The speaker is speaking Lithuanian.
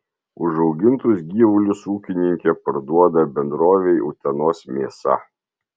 užaugintus gyvulius ūkininkė parduoda bendrovei utenos mėsa